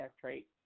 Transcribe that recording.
trait